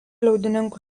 liaudininkų